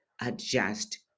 adjust